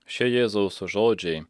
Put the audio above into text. šie jėzaus žodžiai